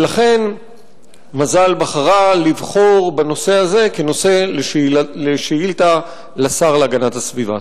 לכן מזל בחרה בנושא הזה כנושא לשאילתא לשר להגנת הסביבה.